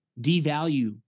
devalue